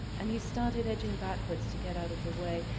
and he started edging backwards to get out of the way.